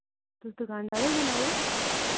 तुस दुकानदार होर बोल्ला दे ओ